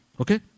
Okay